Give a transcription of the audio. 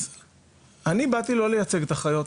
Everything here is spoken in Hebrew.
אז אני באתי לא לייצג את החיות,